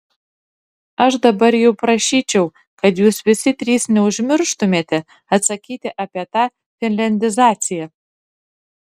aš dabar jau prašyčiau kad jūs visi trys neužmirštumėte atsakyti apie tą finliandizaciją